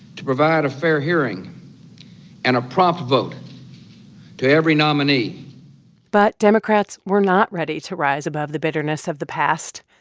to provide a fair hearing and a prompt vote to every nominee but democrats were not ready to rise above the bitterness of the past.